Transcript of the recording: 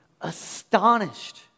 astonished